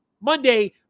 Monday